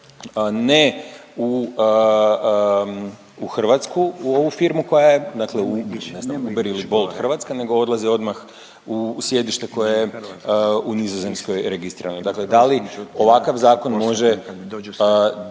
ne u hrvatsku u ovu firmu koja je dakle Uber ili Bolt Hrvatska nego odlaze odmah u sjedište koje je u Nizozemskoj registrirano. Dakle, da li ovakav zakon može